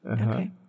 okay